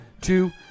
two